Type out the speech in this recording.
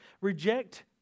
Reject